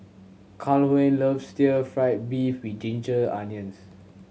Calhoun loves still fried beef with ginger onions